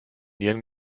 nieren